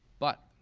but